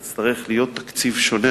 זה יצטרך להיות תקציב שונה.